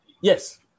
yes